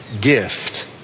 gift